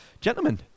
gentlemen